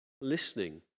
listening